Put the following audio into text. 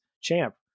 champ